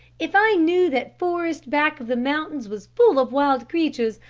if i knew that forest back of the mountains was full of wild creatures,